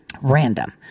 random